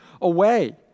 away